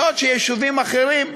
בעוד יישובים אחרים,